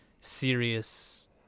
serious